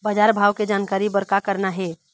बजार भाव के जानकारी बर का करना हे?